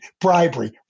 bribery